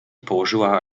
położyła